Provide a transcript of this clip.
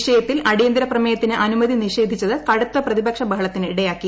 വിഷയത്തിൽ അടിയന്തര പ്രമേയത്തിന് അനുമതി നിഷേധിച്ചത് കടുത്ത പ്രതിപക്ഷ ബഹളത്തിന് ഇടയാക്കി